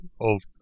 old